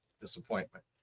disappointment